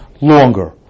longer